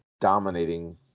dominating